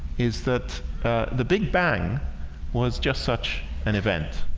is that the big bang was just such an event